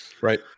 Right